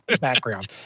background